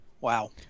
wow